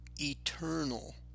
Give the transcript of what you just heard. eternal